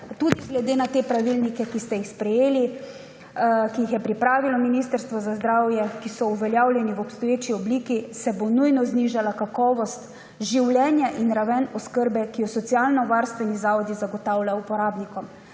tudi glede na te pravilnike, ki ste jih sprejeli, ki jih je pripravilo Ministrstvo za zdravje, ki so uveljavljeni v obstoječi obliki, se bo nujno znižala kakovost življenja in raven oskrbe, ki jo socialnovarstveni zavodi zagotavljajo uporabnikov.